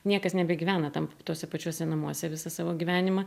niekas nebegyvena tam tuose pačiuose namuose visą savo gyvenimą